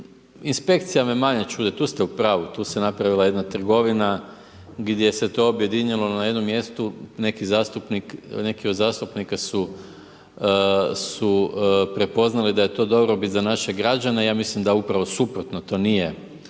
inspekcija me manje čudi, tu ste u pravu, tu se napravila jedna trgovina gdje se to objedinilo na jednom mjestu, neki zastupnik, neki od zastupnika su prepoznali da je to dobrobit za naše građane, ja mislim da upravo suprotno, to nije